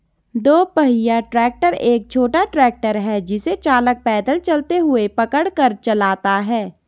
दो पहिया ट्रैक्टर एक छोटा ट्रैक्टर है जिसे चालक पैदल चलते हुए पकड़ कर चलाता है